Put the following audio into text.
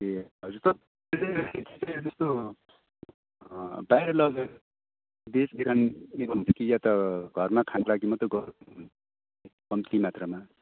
ए हजुर जस्तो बाहिर लगेर बेचबिखन उयो गर्नुहुन्छ कि या त घरमा खानु लागि मात्रै कम्ती मात्रामा